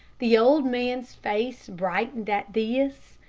the old man's face brightened at this,